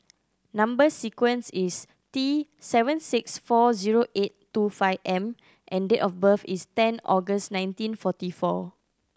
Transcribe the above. number sequence is T seven six four zero eight two five M and date of birth is ten August nineteen forty four